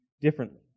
differently